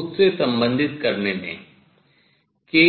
उससे संबधित करने दें